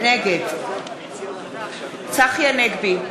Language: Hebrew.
נגד צחי הנגבי,